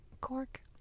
Cork